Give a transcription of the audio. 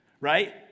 Right